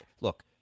Look